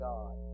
God